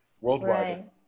worldwide